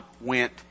went